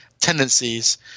tendencies